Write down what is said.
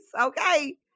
Okay